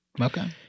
Okay